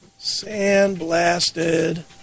Sandblasted